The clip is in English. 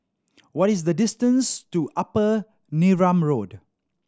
what is the distance to Upper Neram Road